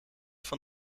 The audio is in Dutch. van